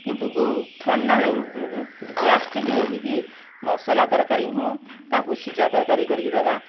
କିନ୍ତୁ ଗୋ ଥଣ୍ଡା ଗ୍ୟାସ୍ଟ୍ରିକ ରୋଗୀକି ମସଲା ତରକାରୀ ନୁହଁ ତାଙ୍କୁ ସିଝା ତରକାରୀ କରିକି ଦବା